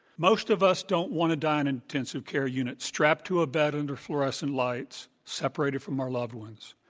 most of us don't want to die in anintensive care unit strapped to a bed under fluorescent lights separated from our loved ones.